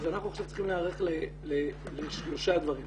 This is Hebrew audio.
אנחנו עכשיו צריכים להיערך לשלושה דברים.